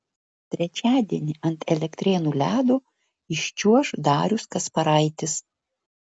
trečiadienį ant elektrėnų ledo iščiuoš darius kasparaitis